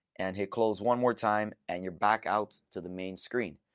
and hit close one more time, and you're back out to the main screen.